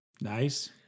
Nice